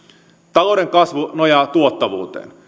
talouden kasvu nojaa tuottavuuteen